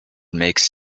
makes